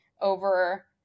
over